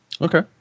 Okay